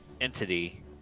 entity